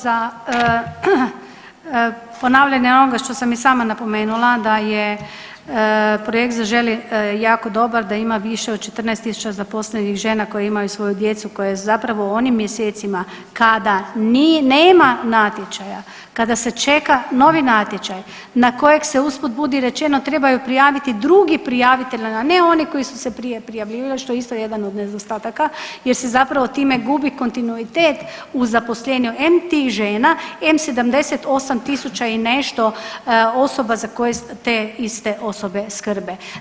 Za ponavljanje ovoga što sam i sama napomenula da je projekt „Zaželi“ jako dobar, da ima više od 14 tisuća zaposlenih žena koje imaju svoju djecu, koje zapravo u onim mjesecima kada nema natječaja, kada se čeka novi natječaj, na kojeg se usput budi rečeno trebaju prijaviti drugi prijavitelji, a ne oni koji su se prije prijavljivali što je isto jedan od nedostataka jer se zapravo time gubi kontinuitet u zaposlenju em tih žena, em 78 tisuća i nešto osoba za koje te iste osobe skrbe.